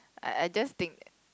I I just think